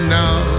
now